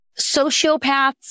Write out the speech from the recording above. sociopaths